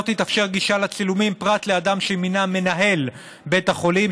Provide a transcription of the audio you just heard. לא תתאפשר גישה לצילומים לאיש פרט לאדם שמינה מנהל בית החולים,